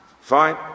Fine